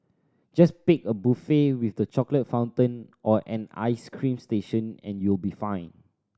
just pick a buffet with the chocolate fountain or an ice cream station and you'll be fine